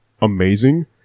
amazing